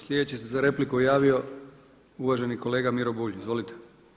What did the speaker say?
Sljedeći se za repliku javio uvaženi kolega Miro Bulj, izvolite.